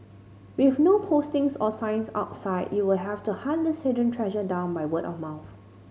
with no postings or signs outside you will have to hunt this hidden treasure down by word of mouth